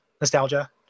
nostalgia